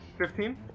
Fifteen